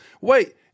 wait